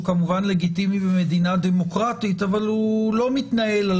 שהוא כמובן לגיטימי במדינה דמוקרטית אבל הוא לא מתנהל על